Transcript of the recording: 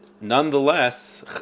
nonetheless